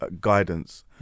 guidance